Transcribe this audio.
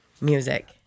music